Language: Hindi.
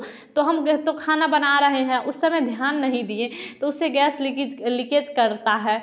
तो हम गे तो खाना बना रहे हैं उस समय ध्यान नहीं दिए तो उससे गैस लिकीज लीकेज करता है